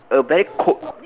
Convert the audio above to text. a very cold